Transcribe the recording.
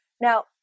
Now